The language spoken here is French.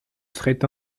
serait